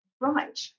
right